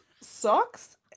socks